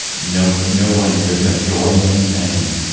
no but no one there's no joy in anything.